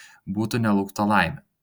būtų nelaukta laimė